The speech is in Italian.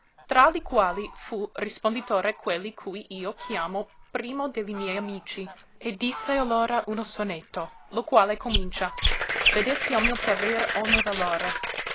tra li quali fue risponditore quelli cui io chiamo primo de li miei amici e disse allora uno sonetto lo quale comincia vedesti al mio parere onne valore